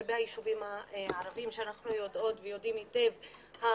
כלפי הישובים הערבים ואנחנו יודעות ויודעים היטב מה